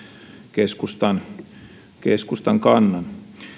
keskustan keskustan kannan